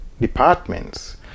departments